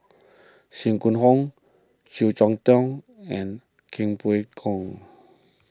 Sim Gong Hoo Yeo Cheow Tong and king Pway Ngon